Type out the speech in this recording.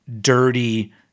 dirty